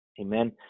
Amen